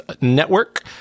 Network